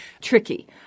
tricky